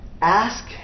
Ask